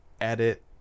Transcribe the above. edit